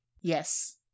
Yes